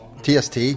TST